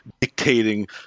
dictating